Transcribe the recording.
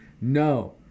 no